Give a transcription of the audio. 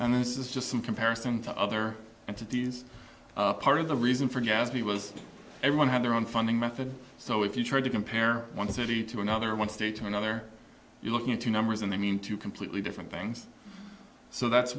and this is just some comparison to other entities part of the reason for gas b was everyone had their own funding method so if you're trying to compare one city to another one state to another you're looking at two numbers and they mean two completely different things so that's